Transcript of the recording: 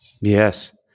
Yes